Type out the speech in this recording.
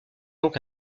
donc